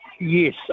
Yes